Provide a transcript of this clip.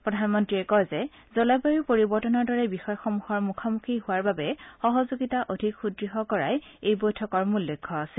প্ৰধানমন্ত্ৰীয়ে কয় যে জলবায়ু পৰিবৰ্তনৰ দৰে বিষয়সমূহৰ মুখামুখী হোৱাৰ বাবে সহযোগিতা অধিক সুদ্ঢ় কৰাই এই বৈঠকৰ মূল লক্ষ্য আছিল